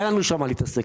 אין לנו שם עם מה להתעסק,